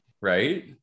Right